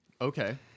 Okay